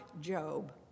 Job